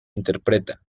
interpreta